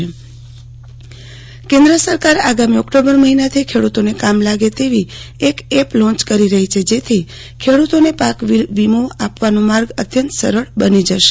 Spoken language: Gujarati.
આરતી ભદ્દ ખેડુતોને માટે પાક વીમા એપ કેન્દ્ર સરકાર આગામી ઓક્ટોબર મહિનાથી ખેડૂતોને કામ લાગે તેવી એક એપ લોન્ચ કરી રહી છે જેથી ખેડુતોને પાક વીમો આપવાનો માર્ગ અત્યંત સરળ બની જશે